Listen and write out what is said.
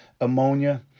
ammonia